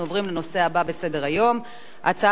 הצעת חוק לתיקון פקודת הנישואין והגירושין